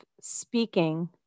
speaking